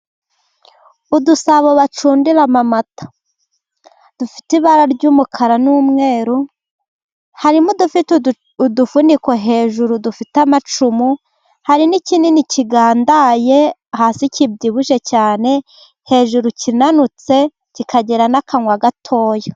Udusabo bacundira amamata, dufite ibara ry'umukara n'umweru, harimo udufite udufuniko hejuru dufite amacumu, hari n'kinini kigandaye hasi kibyibushye cyane, hejuru kinanutse, kikagera n'akanwa gatoya.